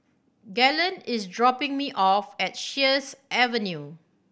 Galen is dropping me off at Sheares Avenue